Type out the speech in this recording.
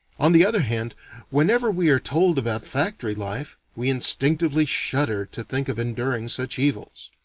on the other hand whenever we are told about factory life, we instinctively shudder to think of enduring such evils.